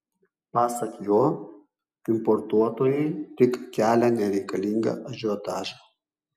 pasak jo importuotojai tik kelia nereikalingą ažiotažą